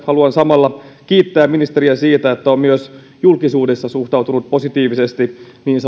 haluan samalla kiittää ministeriä siitä että hän on myös julkisuudessa suhtautunut positiivisesti niin